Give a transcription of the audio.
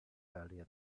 earlier